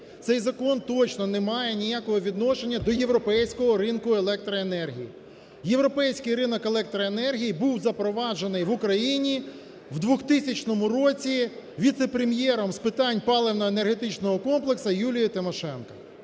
Цей закон точно немає ніякого відношення до європейського ринку електроенергії. Європейський ринок електроенергії був запроваджений в Україні в 2000 році віце-прем'єром з питань паливно-енергетичного комплексу Юлією Тимошенко.